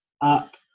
up